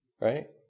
Right